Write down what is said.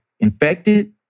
infected